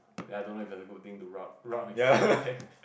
ya I don't know if it's a good thing rub rub